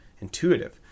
intuitive